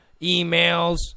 emails